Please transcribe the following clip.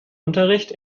unterricht